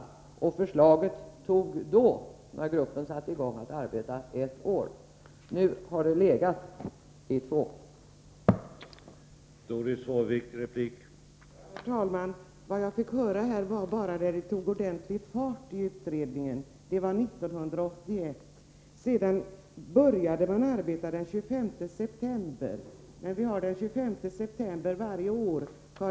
Att få fram förslaget, när gruppen satt i gång att arbeta, tog ett år — nu har förslaget legat i två.